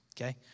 okay